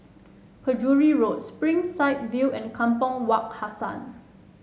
Penjuru Road Springside View and Kampong Wak Hassan